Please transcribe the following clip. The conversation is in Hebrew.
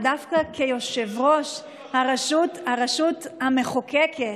אבל דווקא כיושב-ראש הרשות המחוקקת,